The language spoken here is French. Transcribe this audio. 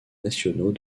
nationaux